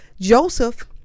Joseph